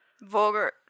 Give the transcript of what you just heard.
Vulgar